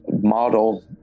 model